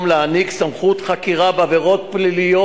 להעניק סמכות חקירה בעבירות פליליות.